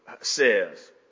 says